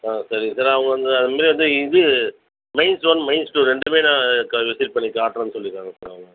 ஆ சரிங்க சார் அவங்க அந்த அங்கே வந்து இது மைன்ஸ் ஒன் மைன்ஸ் டூ ரெண்டுமே நான் க விசிட் பண்ணி காட்டுறோன்னு சொல்லிருக்காங்க சார் அவங்க